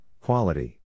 Quality